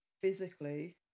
physically